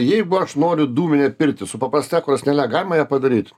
jeigu aš noriu dūminę pirtį su paprasta krosnele galima ją padaryt